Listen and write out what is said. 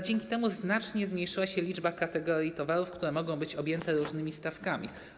Dzięki temu znacznie zmniejszyła się liczba kategorii towarów, które mogą być objęte różnymi stawkami.